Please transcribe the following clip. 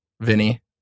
Vinny